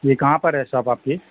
جی کہاں پر ہے شاپ آپ کی